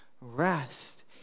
rest